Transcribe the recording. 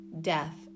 death